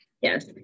Yes